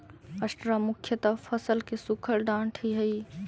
straw मुख्यतः फसल के सूखल डांठ ही हई